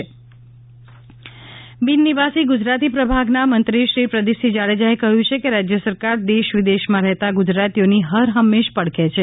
પ્રદિ પસિંહ જાડેજા બિન નિવાસી ગુજરાતી પ્રભાગના મંત્રી શ્રી પ્રદિપસિંહ જાડેજાએ કહયુંછે કે રાજય સરકાર દેશ વિદેશમાં રહેતા ગુજરાતીઓની ફરહંમેશ પડખે છે